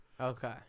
Okay